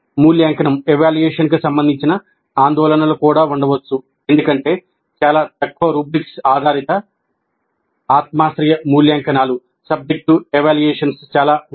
మూల్యాంకనానికి సంబంధించిన ఆందోళనలు కూడా ఉండవచ్చు ఎందుకంటే చాలా తక్కువ రబ్రిక్స్ ఆధారిత ఆత్మాశ్రయ మూల్యాంకనాలు చాలా ఉన్నాయి